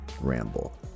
ramble